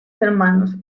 hermanos